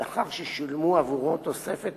לאחר ששולמו עבורו תוספת